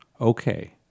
Okay